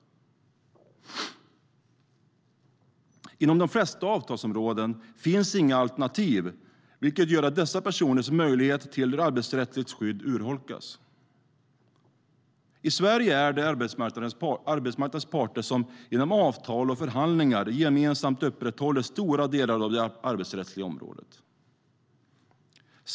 Inom de flesta avtalsområden finns inga alternativ, vilket gör att dessa personers möjligheter till arbetsrättsligt skydd urholkas.I Sverige är det arbetsmarknadens parter som genom avtal och förhandlingar gemensamt upprätthåller stora delar av det arbetsrättsliga området.